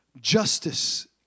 justice